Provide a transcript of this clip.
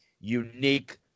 unique